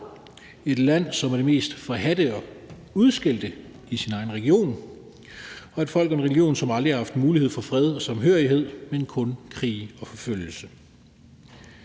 et land, som er det mest forhadte og udskældte i sin egen region, og et folk og en region, som aldrig har haft mulighed for fred og samhørighed, men kun krig og forfølgelse.